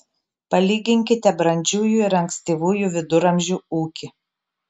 palyginkite brandžiųjų ir ankstyvųjų viduramžių ūkį